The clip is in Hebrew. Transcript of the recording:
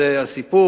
זה הסיפור